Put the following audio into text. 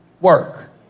work